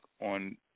on